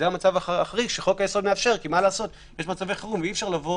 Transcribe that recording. זה המצב החריג שחוק היסוד מאפשר כי יש מצבי חירום ואי-אפשר לבוא